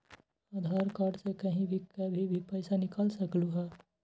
आधार card से कहीं भी कभी पईसा निकाल सकलहु ह?